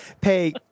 pay